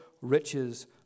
riches